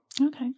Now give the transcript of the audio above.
Okay